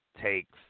takes